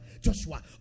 Joshua